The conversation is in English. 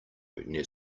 near